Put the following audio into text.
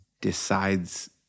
decides